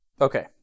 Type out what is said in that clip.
Okay